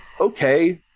okay